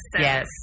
Yes